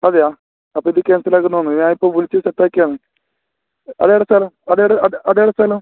അതെയോ അപ്പോൾ ഇത് ക്യാൻസൽ ആയി തോന്നുന്നു ഞാൻ ഇപ്പോൾ വിളിച്ച് സെറ്റാക്കിയാന്ന് അത് എവിടെ സ്ഥലം അത് എവിടെ അത് എവിടെ സ്ഥലം